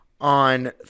on